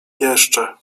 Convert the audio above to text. jeszcze